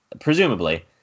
presumably